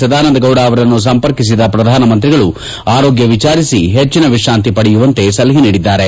ಸದಾನಂದಗೌಡ ಅವರನ್ನು ಸಂಪರ್ಕಿಸಿದ ಪ್ರಧಾನಮಂತ್ರಿಗಳು ಆರೋಗ್ಯ ವಿಚಾರಿಸಿ ಹೆಚ್ಚಿನ ವಿಶ್ರಾಂತಿ ಪಡೆಯುವಂತೆ ಸಲಹೆ ನೀಡಿದ್ದಾರೆ